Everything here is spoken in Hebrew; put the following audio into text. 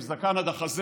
עם זקן עד החזה",